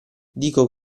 dico